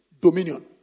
dominion